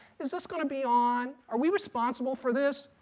is this going to be on? are we responsible for this?